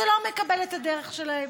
אתה לא מקבל את הדרך שלהם.